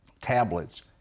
tablets